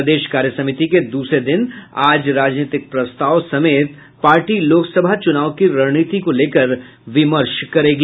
प्रदेश कार्यसमिति के दूसरे दिन आज राजनीतिक प्रस्ताव समेत पार्टी लोकसभा चुनाव की रणनीति को लेकर विमर्श करेगी